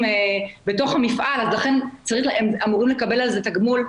בתוך המפעל לכן הם אמורים לקבל על זה תגמול,